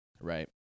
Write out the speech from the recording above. right